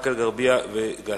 באקה-אל-ע'רביה וג'ת,